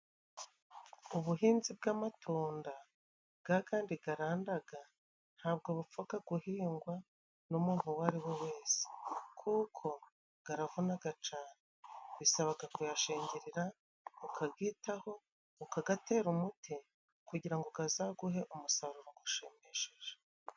Ubuhinzi bw'amatunda gagandi garandaga ntabwo bupfuka guhingwa n'umuntu uwo ari we wese, kuko garavunaga cane bisaba kuyashingirira ukabyitaho ukagatera umuti kugira ngo gazaguhe umusaruro ugushimishije.